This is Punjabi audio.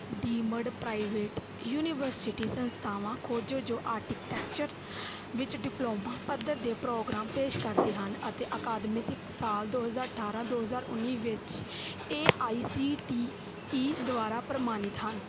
ਡੀਮਡ ਪ੍ਰਾਈਵੇਟ ਯੂਨੀਵਰਸਿਟੀ ਸੰਸਥਾਵਾਂ ਖੋਜੋ ਜੋ ਆਰਟੀਟੈਕਚਰ ਵਿੱਚ ਡਿਪਲੋਮਾ ਪੱਧਰ ਦੇ ਪ੍ਰੋਗਰਾਮ ਪੇਸ਼ ਕਰਦੇ ਹਨ ਅਤੇ ਅਕਾਦਮਿਤਿਕ ਸਾਲ ਦੋ ਹਜ਼ਾਰ ਅਠਾਰ੍ਹਾਂ ਦੋ ਹਜ਼ਾਰ ਉੱਨੀ ਵਿੱਚ A I C T E ਦੁਆਰਾ ਪ੍ਰਵਾਨਿਤ ਹਨ